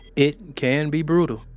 it can be brutal.